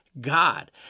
God